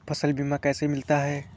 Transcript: फसल बीमा कैसे मिलता है?